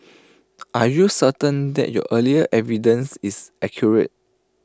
are you certain that your earlier evidence is accurate